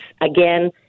Again